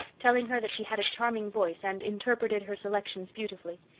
telling her that she had a charming voice and interpreted her selections beautifully.